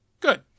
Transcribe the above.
Good